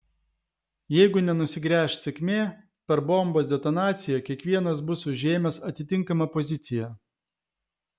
jeigu nenusigręš sėkmė per bombos detonaciją kiekvienas bus užėmęs atitinkamą poziciją